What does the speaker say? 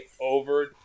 over